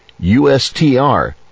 USTR